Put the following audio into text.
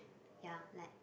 ya like